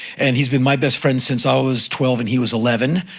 and he's been my best friend since i was twelve and he was eleven.